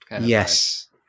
yes